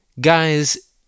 Guys